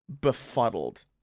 befuddled